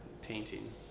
painting